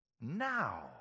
now